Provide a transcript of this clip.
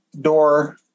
door